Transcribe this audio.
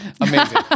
amazing